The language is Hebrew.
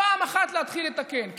פעם אחת להתחיל לתקן.